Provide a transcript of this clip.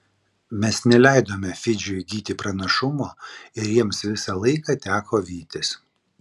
mes neleidome fidžiui įgyti pranašumo ir jiems visą laiką teko vytis